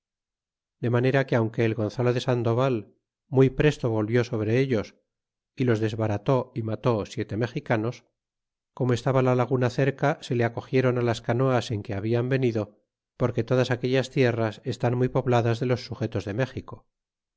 de manera que aunque el gonzalo de sandoval muy presto volvió sobre ellos y los desbarató y mató siete mexicanos como estaba la laguna cerca se le acogieron las canoas en que habian venido porque todas aquellas tierras estan muy pobladas de los suge tos de méxico